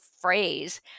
phrase